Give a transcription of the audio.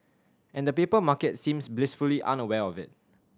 and the paper market seems blissfully unaware of it